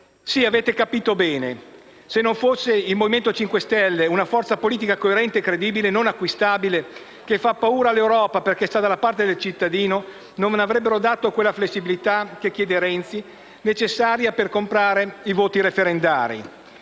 Sì, avete capito bene: se il Movimento 5 Stelle non fosse una forza politica coerente e credibile, non acquistabile, che fa paura all'Europa perché sta dalla parte del cittadino, non avrebbero concesso quella flessibilità che chiede Renzi, necessaria per comprare i voti referendari.